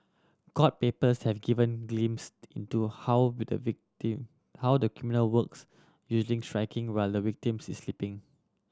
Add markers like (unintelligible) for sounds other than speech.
court papers have given glimpsed into how (unintelligible) how the criminal works usually striking while the victims is sleeping